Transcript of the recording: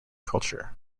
culture